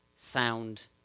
sound